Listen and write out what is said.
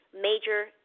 major